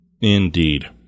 Indeed